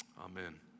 amen